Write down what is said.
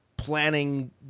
planning